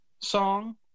song